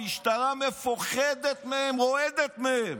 המשטרה מפוחדת מהם, רועדת מהם.